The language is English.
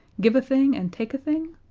give a thing and take a thing?